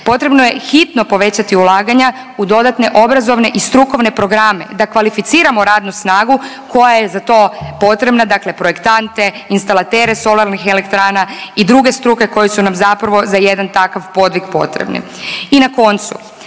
Potrebno je hitno povećati ulaganja u dodatne obrazovne i strukovne programe da kvalificiramo radnu snagu koja je za to potrebna, dakle projektante, instalatere solarnih elektrana i druge struke koje su nam zapravo za jedan takav podvig potrebne. I na koncu,